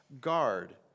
guard